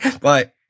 Bye